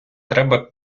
треба